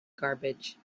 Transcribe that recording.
garbage